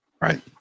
Right